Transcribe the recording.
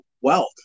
wealth